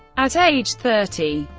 at age thirty,